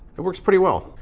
it works pretty well.